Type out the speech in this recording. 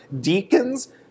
Deacons